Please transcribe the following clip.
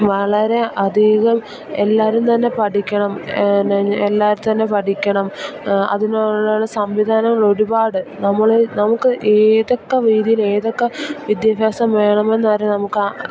വളരെയധികം എല്ലാവരും തന്നെ പഠിക്കണം എല്ലാവരും തന്നെ പഠിക്കണം അതിനുള്ള സംവിധാനങ്ങള് ഒരുപാട് നമുക്ക് ഏതൊക്കെ രീതിയിൽ ഏതൊക്കെ വിദ്യാഭ്യാസം വേണമെന്നുവരെ നമുക്ക്